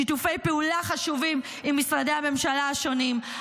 שיתופי פעולה חשובים עם משרדי הממשלה השונים,